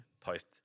Post